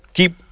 keep